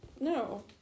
No